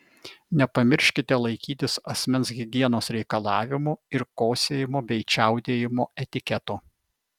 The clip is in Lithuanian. nepamirškite laikytis asmens higienos reikalavimų ir kosėjimo bei čiaudėjimo etiketo